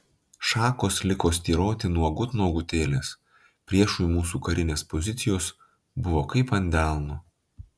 šakos liko styroti nuogut nuogutėlės priešui mūsų karinės pozicijos buvo kaip ant delno